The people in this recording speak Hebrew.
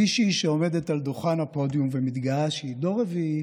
מישהי שעומדת על דוכן הפודיום ומתגאה שהיא דור רביעי